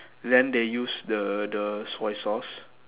then they use the the soy sauce